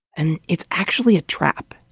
and it's actually a trap,